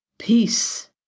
peace